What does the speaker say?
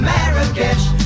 Marrakesh